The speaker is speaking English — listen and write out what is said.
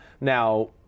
Now